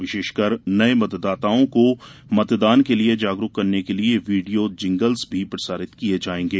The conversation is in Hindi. विशेषकर नये मतदाताओं को मतदान के लिये जागरूक करने के लिये वीडियो जिंग्लस भी प्रसारित किये जायेंगे